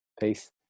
Peace